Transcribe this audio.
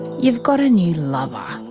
you've got a new lover.